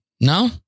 No